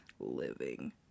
living